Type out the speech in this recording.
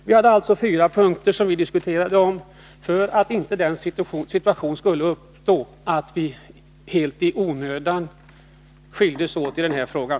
Det var alltså fyra punkter som vi diskuterade. Syftet var att den situationen inte skulle uppstå att vi helt i onödan skildes åt i den här frågan.